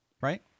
right